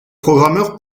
programmeur